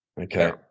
okay